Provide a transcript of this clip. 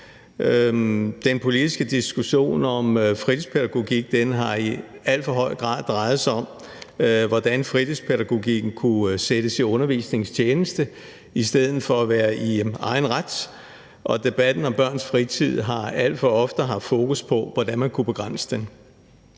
Den politiske diskussion om fritidspædagogik har i alt for høj grad drejet sig om, hvordan fritidspædagogikken kunne sættes i undervisningens tjeneste i stedet for at være i egen ret, og debatten om børns fritid har alt for ofte haft fokus på, hvordan man kunne begrænse den.